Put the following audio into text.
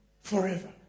forever